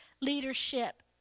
leadership